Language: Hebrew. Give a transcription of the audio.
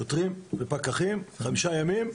שוטרים ופקחים, חמישה ימים,